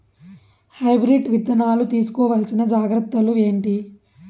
Hybrid విత్తనాలు తీసుకోవాల్సిన జాగ్రత్తలు ఏంటి?